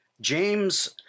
James